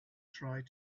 tried